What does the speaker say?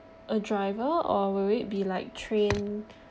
a driver or will it be like train